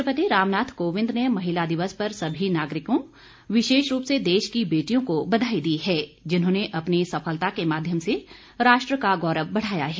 राष्ट्रपति रामनाथ कोविंद ने महिला दिवस पर सभी नागरिकों विशेष रूप से देश की बेटियों को बधाई दी है जिन्होंने अपनी सफलता के माध्यम से राष्ट्र का गौरव बढ़ाया है